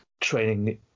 training